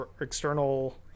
external